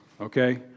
okay